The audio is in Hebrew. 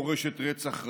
מורשת רצח רבין.